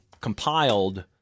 compiled